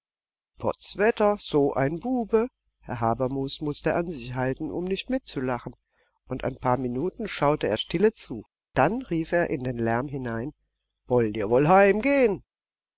potzwetter so ein bube herr habermus mußte an sich halten um nicht mitzulachen und ein paar minuten schaute er stille zu dann rief er in den lärm hinein wollt ihr wohl